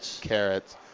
carrots